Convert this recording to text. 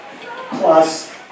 plus